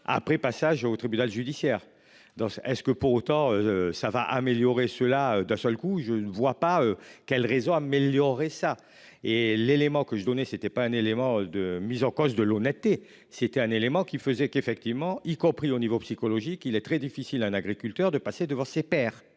après passage au tribunal judiciaire. Donc est-ce que pour autant ça va améliorer là d'un seul coup, je ne vois pas quel réseau améliorer ça et l'élément que je donnais c'était pas un élément de mise en cause de l'honnêteté. C'était un élément qui faisait qu'effectivement y compris au niveau psychologique, il est très difficile. Un agriculteur de passer devant ses pairs.